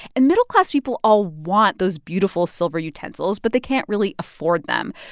and middle-class people all want those beautiful silver utensils, but they can't really afford them.